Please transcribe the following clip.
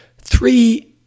three